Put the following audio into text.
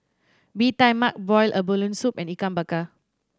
Bee Tai Mak boiled abalone soup and Ikan Bakar